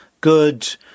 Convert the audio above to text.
good